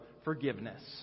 forgiveness